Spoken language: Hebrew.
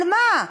על מה?